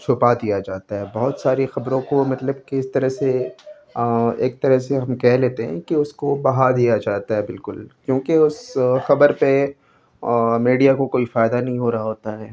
چھپا دیا جاتا ہے بہت ساری خبروں کو مطلب کہ اس طرح سے ایک طرح سے ہم کہہ لیتے ہیں کہ اس کو بہا دیا جاتا ہے بالکل کیونکہ اس خبر پہ میڈیا کو کوئی فائدہ نہیں ہو رہا ہوتا ہے